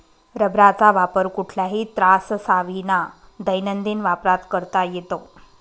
रबराचा वापर कुठल्याही त्राससाविना दैनंदिन वापरात करता येतो